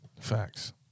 Facts